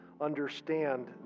understand